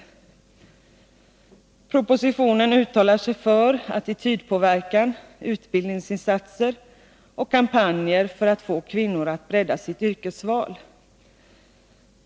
I propositionen uttalar man sig för attitydpåverkan, utbildningsinsatser och kampanjer för att få kvinnor att bredda sitt yrkesval.